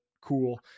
cool